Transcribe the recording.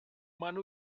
mano